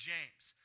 James